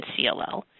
CLL